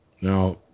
Now